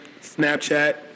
Snapchat